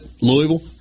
Louisville